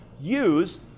use